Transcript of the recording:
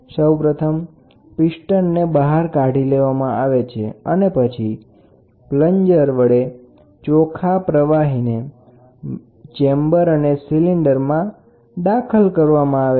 સૌપ્રથમ પિસ્ટનને બહાર કાઢી લેવામાં આવે છે અને પછી પ્લનજરને ફોરવર્ડ દિશામાં રાખીને તેના વડે સ્વચ્છ પ્રવાહીને ચેમ્બર અને સિલિન્ડરમાં દાખલ કરવામાં આવે છે